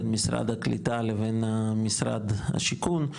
בין משרד הקליטה לבין משרד השיכון,